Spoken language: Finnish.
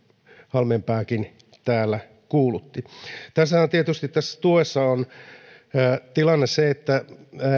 halmeenpääkin täällä kuulutti tässä tuessahan on tietysti tilanne se että